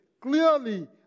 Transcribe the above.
clearly